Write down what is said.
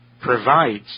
provides